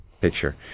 picture